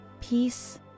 Peace